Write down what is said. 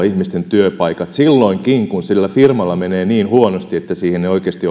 ihmisten työpaikat silloinkin kun sillä firmalla menee niin huonosti että siihen ei oikeasti